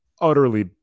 utterly